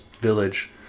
village